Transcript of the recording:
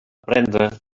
prendre